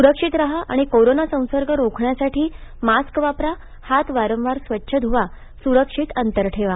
सुरक्षित राहा आणि कोरोना संसर्ग रोखण्यासाठी मास्क वापरा हात वारंवार स्वच्छ ध्वा सुरक्षित अंतर ठेवा